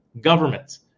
governments